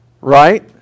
Right